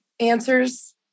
Answers